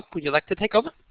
would you like to take over?